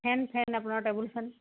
ফেন fan আপোনাৰ table ফেন